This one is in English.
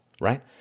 right